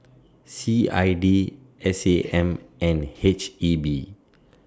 C I D S A M and H E B